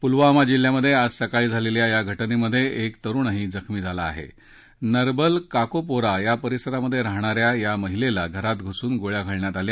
पुलवामा जिल्ह्यात आज सकाळी झालखी या घटनतीएक तरुणही जखमी झाला आहज़रबल काकोपोरा परिसरात राहणाऱ्या या महिलसी घरात घुसून गोळ्या घालण्यात आल्या